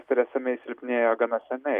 teresa mei silpnėjo gana senai